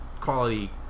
quality